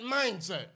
mindset